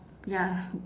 ya